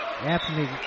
Anthony